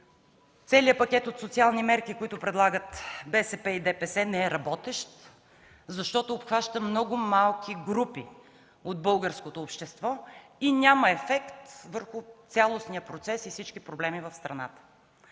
целият пакет от социални мерки, който предлагат БСП и ДПС, не е работещ, защото обхваща много малки групи от българското общество и няма ефект върху цялостния процес и всички проблеми в страната.